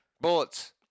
Bullets